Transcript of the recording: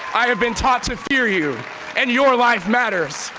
i have been taught to fear you and your life matters.